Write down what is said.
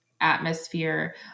atmosphere